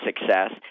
success